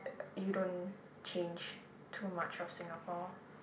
you don't change too much of Singapore